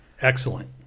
Excellent